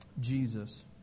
Jesus